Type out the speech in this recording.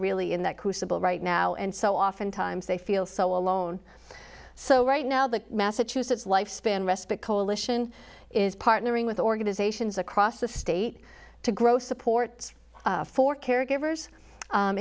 really in that crucible right now and so often times they feel so alone so right now the massachusetts lifespan respite coalition is partnering with organizations across the state to grow support for caregivers